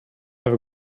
have